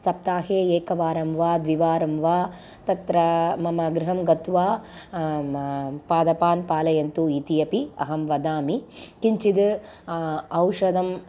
सप्ताहे एकवारं वा द्विवारं वा तत्र मम गृहं गत्वा पादपान् पालयतु इति अपि अहं वदामि किञ्चिद् औषधं